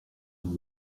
nos